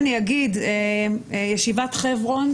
ישיבת חברון,